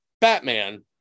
Batman